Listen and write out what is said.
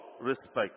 respect